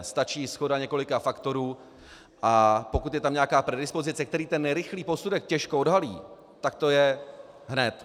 Stačí shoda několika faktorů, a pokud je tam nějaká predispozice, kterou rychlý posudek těžko odhalí, tak to je hned.